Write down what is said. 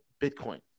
Bitcoin